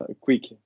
quick